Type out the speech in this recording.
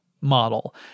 model